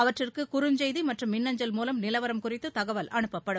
அவற்றுக்கு குறுஞ்செய்தி மற்றும் மின்னஞ்சல் மூலம் நிலவரம் குறித்து தகவல் அனுப்பப்படும்